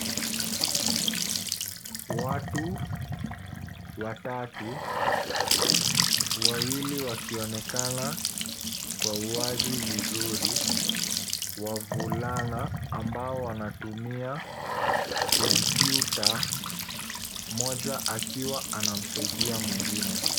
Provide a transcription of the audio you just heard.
Watu watatu wawili wakionekana kwa wazi vizuri, wavulana mbao wanatumia komputa moja akiwa anamsaidi mgine.